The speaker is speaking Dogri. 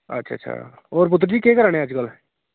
अच्छा अच्छा होर पुत्तर जी केह् करा ने अजकल्ल